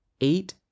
eight